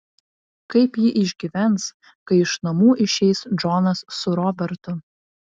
kaip ji išgyvens kai iš namų išeis džonas su robertu